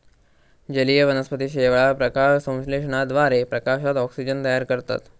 जलीय वनस्पती शेवाळ, प्रकाशसंश्लेषणाद्वारे प्रकाशात ऑक्सिजन तयार करतत